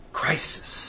crisis